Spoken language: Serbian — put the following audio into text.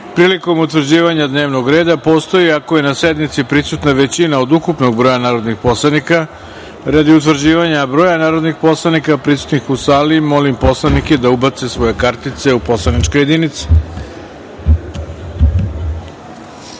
prilikom utvrđivanja dnevnog reda postoji ako je na sednici prisutna većina od ukupnog broja narodnih poslanika. Radi utvrđivanja broja narodnih poslanika prisutnih u sali, molim poslanike da ubacite svoje identifikacione kartice u poslaničke jedinice.